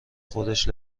خودش